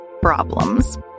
problems